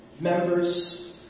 members